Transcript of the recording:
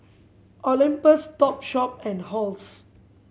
Olympus Topshop and Halls